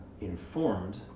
informed